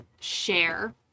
share